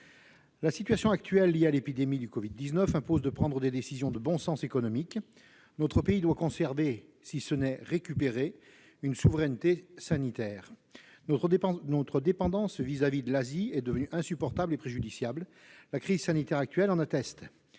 La situation actuelle liée à l'épidémie du Covid-19 impose de prendre des décisions de bon sens économique. Notre pays doit conserver, si ce n'est récupérer, une souveraineté sanitaire. Notre dépendance vis-à-vis de l'Asie est devenue insupportable et préjudiciable, la crise sanitaire actuelle l'atteste.